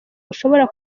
ushobora